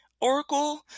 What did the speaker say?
Oracle